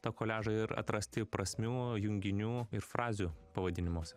tą koliažą ir atrasti prasmių junginių ir frazių pavadinimuose